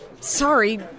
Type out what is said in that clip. Sorry